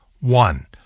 one